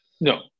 No